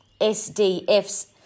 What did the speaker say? SDF's